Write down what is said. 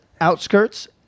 Outskirts